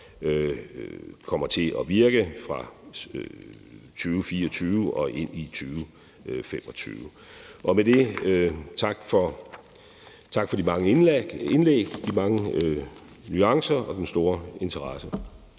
kommer til at virke fra 2024 og ind i 2025. Med det vil jeg sige tak for de mange indlæg, de mange nuancer og den store interesse,